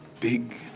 big